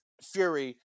fury